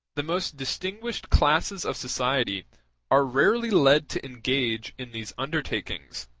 the most distinguished classes of society are rarely led to engage in these undertakings.